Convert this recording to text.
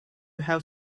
have